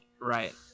right